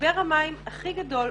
משבר המים הכי גדול,